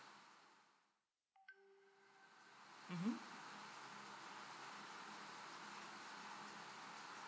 mmhmm